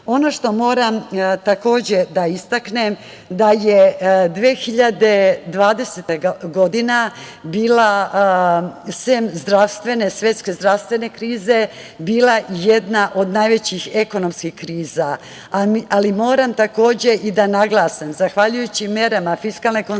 što moram takođe da istaknem da je 2020. godina bila sem svetske zdravstvene krize, bila jedna od najvećih ekonomskih kriza, ali moram takođe da naglasim, zahvaljujući merama fiskalne konsolidacije,